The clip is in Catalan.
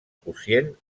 quocient